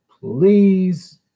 Please